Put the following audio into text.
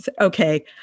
okay